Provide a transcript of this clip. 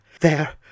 There